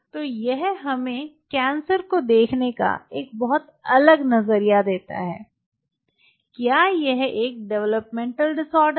तो यह हमें कैंसर को देखने के एक बहुत अलग नज़रिया देता है क्या यह एक डेवलपमेंटल डिसऑर्डर है